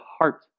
heart